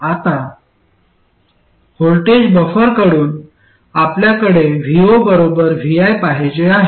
आता व्होल्टेज बफरकडून आपल्याला vo vi पाहिजे आहे